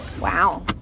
Wow